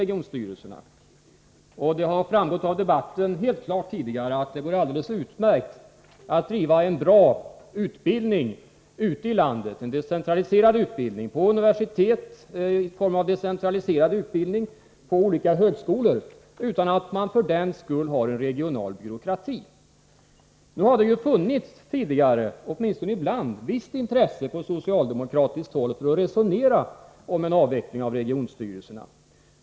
Det har framgått helt klart av debatten att det går alldeles utmärkt att driva en bra utbildning ute i landet, en decentraliserad utbildning på universitet och på olika högskolor, utan att man för den skull har en regional byråkrati. Det har tidigare — åtminstone ibland — funnits visst intresse på socialdemokratiskt håll för att resonera om en avveckling av regionstyrelserna.